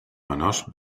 menors